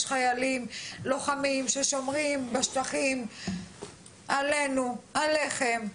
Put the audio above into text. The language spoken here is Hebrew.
יש חיילים, לוחמים, ששומרים בשטחים עלינו, עליכם.